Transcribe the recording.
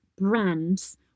brands